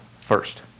first